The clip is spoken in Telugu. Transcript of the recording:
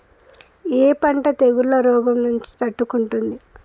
ఏ పంట తెగుళ్ల రోగం నుంచి తట్టుకుంటుంది?